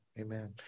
Amen